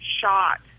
shot